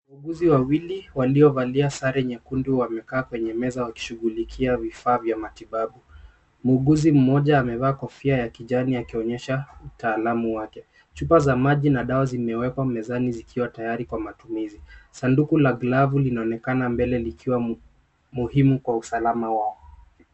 Wauguzi wawili waliovalia sare nyekundu wamekaa kwenye meza wakishughulikia vifaa vya matibabu. Muuguzi mmoja, amevaa kofia ya kijani, akionyesha, utaalamu wake. Chupa za maji na dawa zimewekwa mezani zikiwa tayari kwa matumizi. Sanduku la glavu linaonekana mbele likiwa muhimu kwa usalama wao.